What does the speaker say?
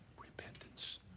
Repentance